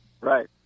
Right